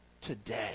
today